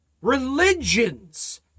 Religions